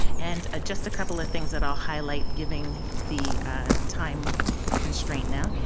and ah just a couple of things that i'll highlight given the time constraint now.